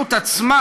המציאות עצמה,